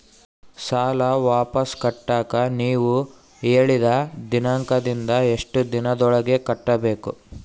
ಸಾಲ ವಾಪಸ್ ಕಟ್ಟಕ ನೇವು ಹೇಳಿದ ದಿನಾಂಕದಿಂದ ಎಷ್ಟು ದಿನದೊಳಗ ಕಟ್ಟಬೇಕು?